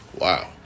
Wow